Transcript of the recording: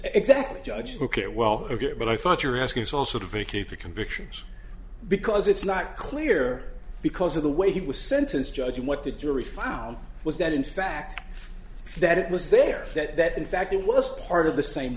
exactly judge ok well ok but i thought you were asking us also to vacate the convictions because it's not clear because of the way he was sentenced judging what the jury found was that in fact that it was there that in fact it was part of the same